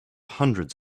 hundreds